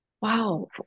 wow